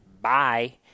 bye